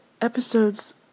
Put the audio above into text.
episodes